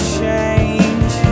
change